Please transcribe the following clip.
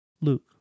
Luke